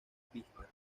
pista